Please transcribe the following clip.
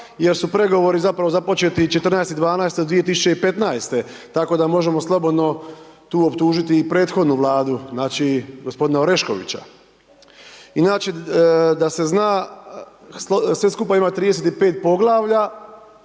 jer su pregovori zapravo započeti 14.12. od 2015., tako da možemo slobodno tu optužiti i prethodnu Vladu, znači gospodina Oreškovića. Inače da se zna, sve skupa ima 35 poglavlja,